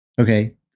Okay